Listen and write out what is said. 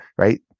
right